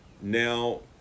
now